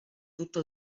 tutto